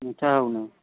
ମିଠା ହେଉନାଇଁ